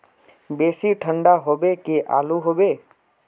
बेसी ठंडा होबे की आलू होबे